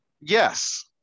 yes